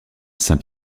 saint